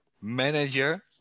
manager